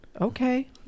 Okay